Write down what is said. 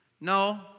no